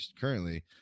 currently